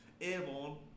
Airborne